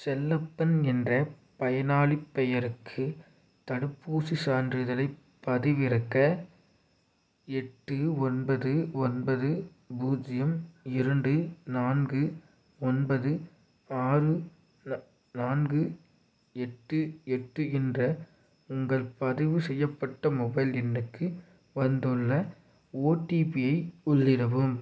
செல்லப்பன் என்ற பயனாளிப் பெயருக்கு தடுப்பூசிச் சான்றிதழைப் பதிவிறக்க எட்டு ஒன்பது ஒன்பது பூஜ்ஜியம் இரண்டு நான்கு ஒன்பது ஆறு ந நான்கு எட்டு எட்டு என்ற உங்கள் பதிவு செய்யப்பட்ட மொபைல் எண்ணுக்கு வந்துள்ள ஓடிபியை உள்ளிடவும்